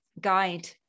guide